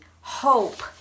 hope